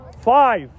Five